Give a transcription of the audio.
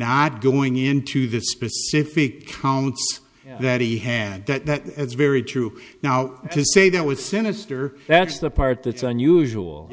not going into the specific counts that he had that it's very true now to say that was sinister that's the part that's unusual